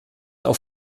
auch